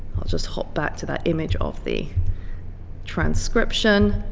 i'll just hop back to that image of the transcription.